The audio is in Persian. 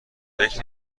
فکر